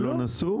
שלא נסעו?